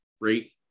great